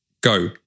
go